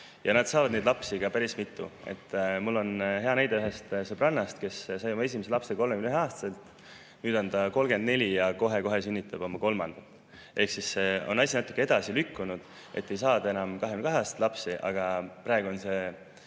Nad saavad neid lapsi ka päris mitu. Mul on hea näide ühest sõbrannast, kes sai oma esimese lapse 31-aastaselt, nüüd on ta 34 ja kohe-kohe sünnitab oma kolmanda. See asi on natuke edasi lükkunud. Ei saada enam 22-aastaselt lapsi. Aga praegu on see